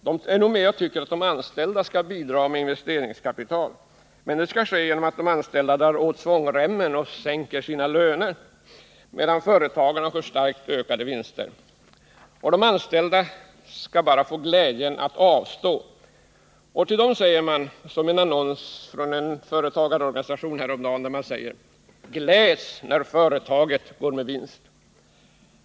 De är nog med när det gäller att de anställda skall bidra med investeringskapital. Men detta skall ske genom att de anställda drar åt svångremmen och sänker sina löner, medan företagarna får starkt ökade vinster. De anställda skall bara få glädjen att avstå. Till dem säger man som i en annons från en företagarorganisation häromdagen: Gläds när företaget går med vinst!